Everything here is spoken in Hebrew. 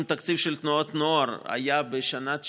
אם התקציב של תנועות הנוער היה בשנת 2019,